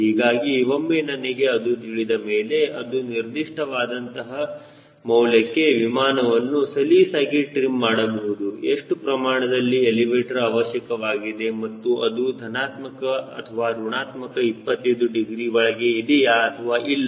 ಹೀಗಾಗಿ ಒಮ್ಮೆ ನನಗೆ ಇದು ತಿಳಿದ ಮೇಲೆ ಒಂದು ನಿರ್ದಿಷ್ಟವಾದ ಅಂತಹ CLtrim ಮೌಲ್ಯಕ್ಕೆ ವಿಮಾನವನ್ನು ಸಲೀಸಾಗಿ ಟ್ರಿಮ್ ಮಾಡಬಹುದು ಎಷ್ಟು ಪ್ರಮಾಣದಲ್ಲಿ ಎಲಿವೇಟರ್ ಅವಶ್ಯಕವಾಗಿದೆ ಮತ್ತು ಅದು ಧನಾತ್ಮಕ ಅಥವಾ ಋಣಾತ್ಮಕ 25 ಡಿಗ್ರಿ ಒಳಗೆ ಇದೆಯಾ ಅಥವಾ ಇಲ್ಲ